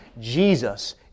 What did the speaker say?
Jesus